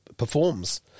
performs